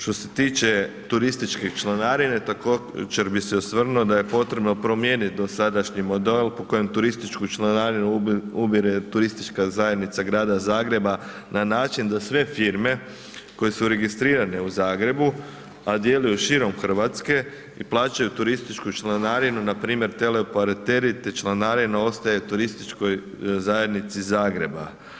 Što se tiče turističke članarine, također bih se osvrnuo da je potrebno promijeniti dosadašnji model po kojem turističku članarinu ubire TZ grada Zagreba na način da sve firme koje su registrirane u Zagrebu a djeluju širom Hrvatske i plaćaju turističku članarinu npr. teleoperateri te članarina ostaje turističkoj zajednici Zagreba.